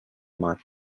mar